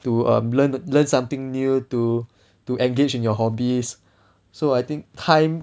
to um learn learn something new to to engage in your hobbies so I think time